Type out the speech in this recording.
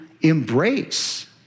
embrace